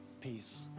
peace